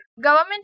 Government